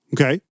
Okay